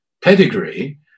pedigree